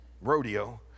rodeo